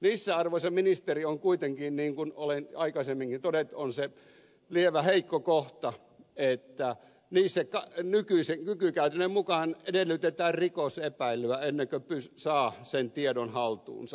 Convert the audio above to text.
niissä arvoisa ministeri on kuitenkin niin kuin olen aikaisemminkin todennut se lievä heikko kohta että niissä nykykäytännön mukaan edellytetään rikosepäilyä ennen kuin saa sen tiedon haltuunsa